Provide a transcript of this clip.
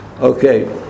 Okay